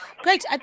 Great